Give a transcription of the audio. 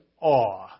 awe